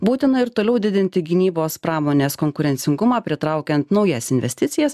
būtina ir toliau didinti gynybos pramonės konkurencingumą pritraukiant naujas investicijas